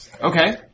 Okay